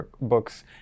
books